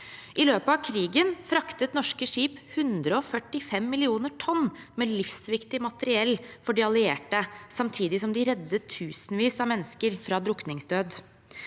I løpet av krigen fraktet norske skip 145 millioner tonn med livsviktig materiell for de allierte, samtidig som de reddet tusenvis av mennesker fra drukningsdød.